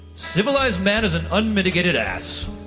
civilized man is an unmedicated ass